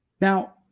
Now